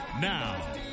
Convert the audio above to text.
Now